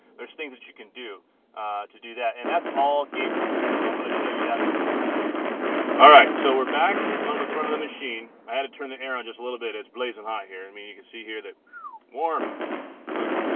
there's things that you can do to do that and that's all gateway, so i'm gonna show you that real quick alright, so we're back on the front of the machine. i had to turn the air on just a little bit it's blazing hot here. i and mean you can see here that warm look